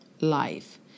life